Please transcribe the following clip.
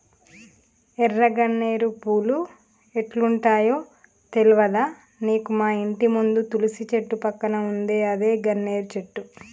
ఎర్ర గన్నేరు పూలు ఎట్లుంటయో తెల్వదా నీకు మాఇంటి ముందు తులసి చెట్టు పక్కన ఉందే అదే గన్నేరు చెట్టు